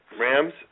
Rams